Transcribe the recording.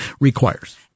requires